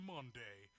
Monday